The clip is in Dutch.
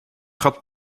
gat